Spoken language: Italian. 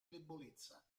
debolezza